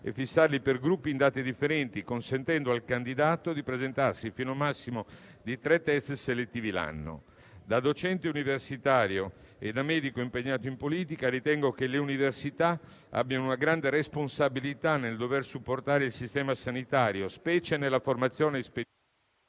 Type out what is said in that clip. e fissarli per gruppi in date differenti, consentendo al candidato di presentarsi fino ad un massimo di tre test selettivi l'anno. Da docente universitario e da medico impegnato in politica, ritengo che le università abbiano una grande responsabilità nel dover supportare il sistema sanitario, specie nella formazione specialistica,